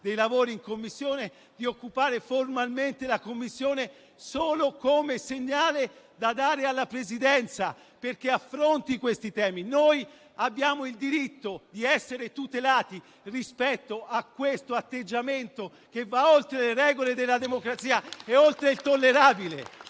dei lavori stessi in quella sede, solo come segnale da dare alla Presidenza perché affronti questi temi. Noi abbiamo il diritto di essere tutelati rispetto a questo atteggiamento che va oltre le regole della democrazia e oltre il tollerabile.